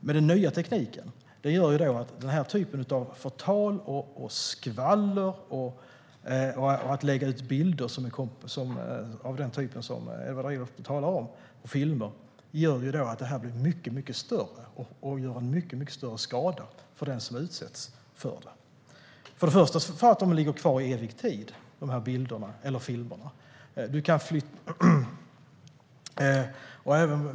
Men den nya tekniken gör ju att den här typen av förtal och skvaller och att lägga ut bilder och filmer av den typ som Edward Riedl talar om blir mycket större och gör mycket större skada. För det första ligger de kvar i evig tid, de här bilderna eller filmerna.